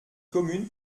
communes